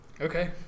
Okay